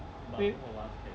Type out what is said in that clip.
with